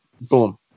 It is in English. Boom